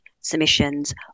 submissions